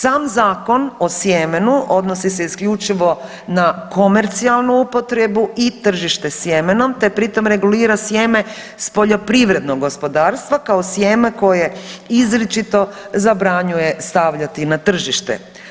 Sam Zakon o sjemenu odnosi se isključivo na komercijalnu upotrebu i tržište sjemenom te pritom regulira sjeme s poljoprivrednog gospodarstva kao sjeme koje izričito zabranjuje stavljati na tržište.